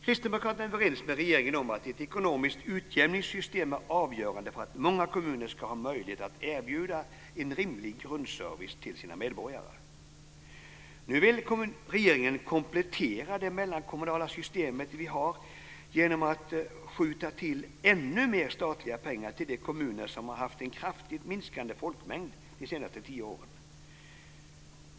Kristdemokraterna är överens med regeringen om att ett ekonomiskt utjämningssystem är avgörande för att många kommuner ska ha möjlighet att erbjuda en rimlig grundservice till sina medborgare. Nu vill regeringen komplettera det mellankommunala systemet vi har genom att skjuta till ännu mer statliga pengar till de kommuner som har haft en kraftigt minskande folkmängd de senaste tio åren.